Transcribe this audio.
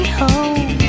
home